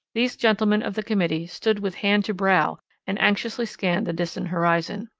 these gentlemen of the committee stood with hand to brow and anxiously scanned the distant horizon.